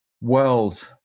world